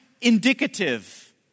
indicative